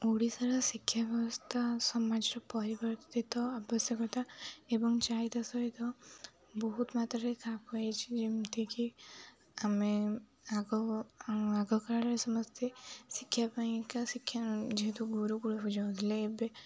ଓଡ଼ିଶାର ଶିକ୍ଷା ବ୍ୟବସ୍ଥା ସମାଜର ପରିବର୍ତ୍ତିତ ଆବଶ୍ୟକତା ଏବଂ ଚାହିଦା ସହିତ ବହୁତ ମାତ୍ରାରେ ଖାପ ଖୁଆଇଛି ଯେମିତିକି ଆମେ ଆଗ ଆଗ କାଳରେ ସମସ୍ତେ ଶିକ୍ଷା ପାଇଁକା ଶିକ୍ଷା ଯେହେତୁ ଗୁରୁକୁୁଳକୁ ଯାଉଥିଲେ ଏବେ